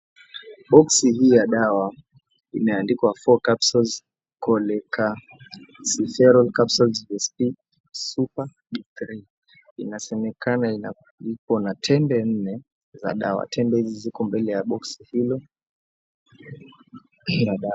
Boksi hii ya dawa imeandikwa Four Capsules Cholecalciferol Capsule USP Super D3 inasemekana iko na tembe nne za dawa. Tembe hizi zipo mbele ya boksi hilo la dawa.